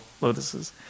lotuses